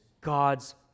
God's